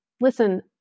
listen